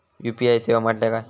UPI सेवा म्हटल्या काय?